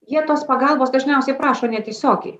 jie tos pagalbos dažniausiai prašo netiesiogiai